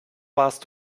warst